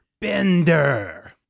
Bender